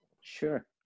Sure